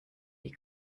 die